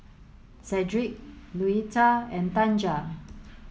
Sedrick Louetta and Tanja